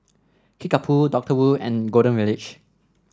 Kickapoo Doctor Wu and Golden Village